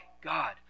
God